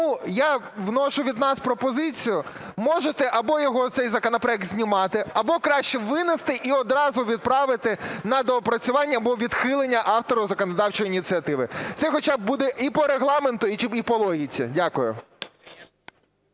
я вношу від нас пропозицію. Можете його, оцей законопроект, знімати, або краще винести і одразу відправити на доопрацювання або відхилення автору законодавчої ініціативи. Це хоча б буде і по Регламенту, і по логіці. Дякую.